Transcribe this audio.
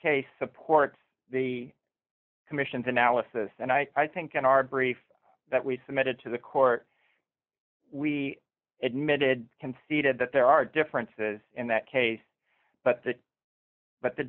case supports the commission's analysis and i think in our brief that we submitted to the court we admitted conceded that there are differences in that case but the but the